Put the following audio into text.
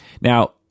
Now